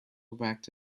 worked